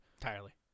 Entirely